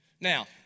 Now